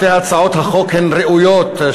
שתי הצעות החוק הן ראויות,